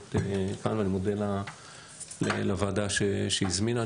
אני מודה לוועדה שהזמינה.